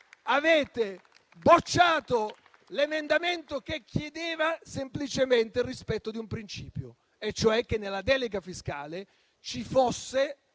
avete respinto l'emendamento che chiedeva semplicemente il rispetto di un principio, e cioè che nella delega fiscale ci fosse